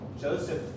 Joseph